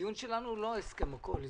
הדיון שלנו הוא לא ההסכם הקואליציוני.